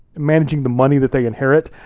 managing the money that they inherit,